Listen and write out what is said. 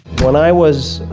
when i was